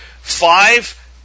Five